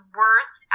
worth